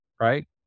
right